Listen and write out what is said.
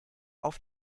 auf